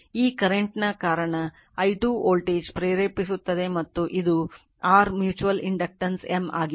ಈ ಕರೆಂಟ್ ನ ಕಾರಣ i 2 ವೋಲ್ಟೇಜ್ ಪ್ರೇರೇಪಿಸುತ್ತದೆ ಮತ್ತು ಇದು rಮ್ಯೂಚುಯಲ್ ಇಂಡಕ್ಟನ್ಸ್ M ಆಗಿತ್ತು